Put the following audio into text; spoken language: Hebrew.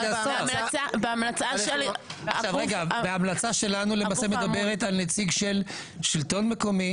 ההמלצה שלנו מדברת על נציג של שלטון מקומי